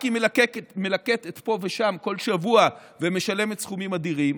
היא רק מלקטת פה ושם כל שבוע ומשלמת סכומים אדירים.